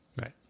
right